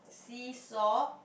seesaw